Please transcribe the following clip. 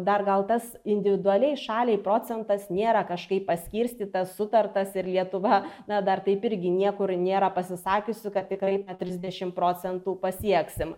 dar gal tas individualiai šaliai procentas nėra kažkaip paskirstytas sutartas ir lietuva na dar taip irgi niekur nėra pasisakiusi kad tikrai trisdešimt procentų pasieksim